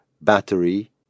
battery